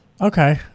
Okay